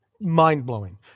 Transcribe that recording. mind-blowing